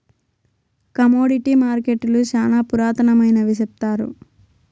commodity మార్కెట్టులు శ్యానా పురాతనమైనవి సెప్తారు